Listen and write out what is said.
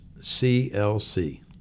clc